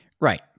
Right